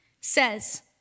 says